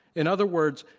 in other words,